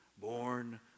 born